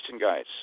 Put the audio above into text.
guys